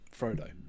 Frodo